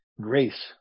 grace